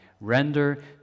render